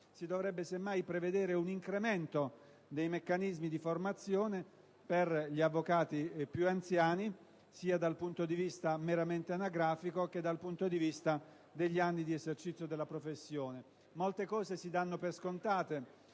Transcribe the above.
Si dovrebbe, semmai, prevedere un incremento dei meccanismi di formazione per gli avvocati più anziani, sia dal punto di vista meramente anagrafico che dal punto di vista degli anni di esercizio della professione. Molte cose si danno per scontate